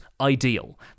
ideal